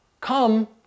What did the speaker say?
come